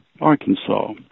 Arkansas